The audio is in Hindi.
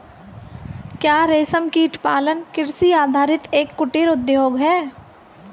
क्या रेशमकीट पालन कृषि आधारित एक कुटीर उद्योग है?